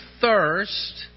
thirst